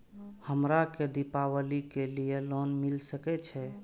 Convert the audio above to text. हमरा के दीपावली के लीऐ लोन मिल सके छे?